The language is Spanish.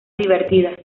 divertida